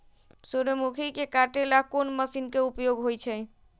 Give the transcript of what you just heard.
सूर्यमुखी के काटे ला कोंन मशीन के उपयोग होई छइ?